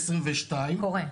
-- קורה?